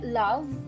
love